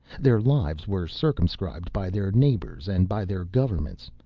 their lives were circumscribed by their neighbors, and by their governments.